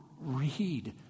Read